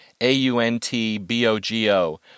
A-U-N-T-B-O-G-O